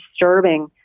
disturbing